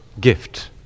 gift